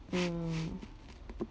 mm